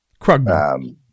Krugman